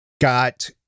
got